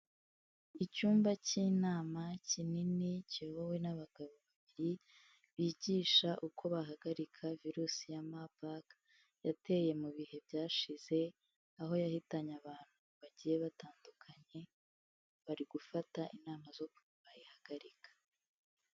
Icyumba cy'inama kinini kiyobowe n'abagabo babiri bigisha uko bahagarika virusi ya Marburg, yateye mu bihe byashize aho yahitanye abantu bagiye batandukanye, bari gufata inama z'ukuntu bayihagarika.